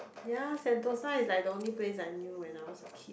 ya Sentosa is the only place I knew as a kid